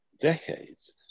decades